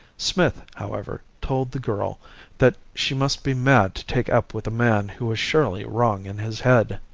smith, however, told the girl that she must be mad to take up with a man who was surely wrong in his head.